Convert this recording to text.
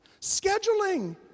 scheduling